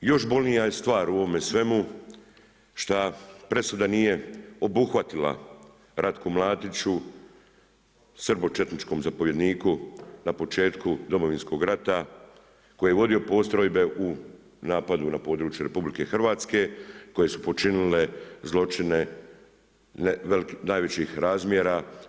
Još bolnija je stvar u ovome svemu što presuda nije obuhvatila Ratku Mladiću srbočetničkom zapovjedniku, na početku Domovinskog rata, koji je vodio postrojbe u napadu na području RH, koju su počinile zločine najvećih razmjera.